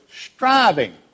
striving